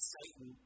Satan